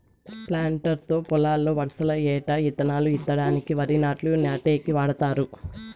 planter తో పొలంలో వరసల ఎంట ఇత్తనాలు ఇత్తడానికి, వరి నాట్లు నాటేకి వాడతారు